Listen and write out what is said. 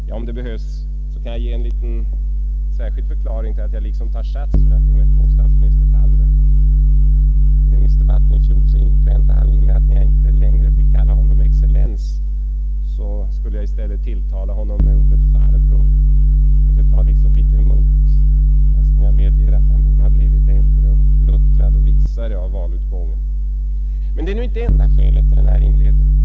Ja, om det behövs kan jag lämna en särskild förklaring till att jag liksom tar sats för att ge mig på statsminister Palme. I remissdebatten i fjol inpräntade han i mig att när jag inte längre fick kalla honom excellens så skulle jag i stället tilltala honom med ordet ”farbror”. Det tar liksom litet emot, fastän jag medger att han borde ha blivit äldre, luttrad och visare av valutgången. Men det är nu inte det enda skälet till den här inledningen.